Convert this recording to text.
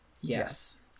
Yes